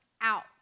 out